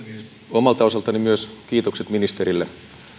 omalta osaltani myös kiitokset ministerille